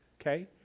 Okay